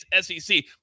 SEC